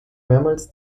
mehrmals